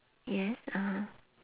yes (uh huh)